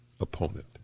opponent